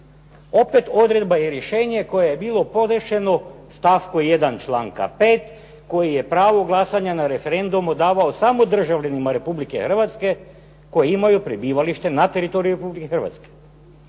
Opet odredba i rješenje koje je bilo podneseno u stavku 1. članka 5., koji je pravo glasanja na referendumu davao samo državljanima Republike Hrvatske koji imaju prebivalište na teritoriju Republike Hrvatske.